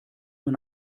man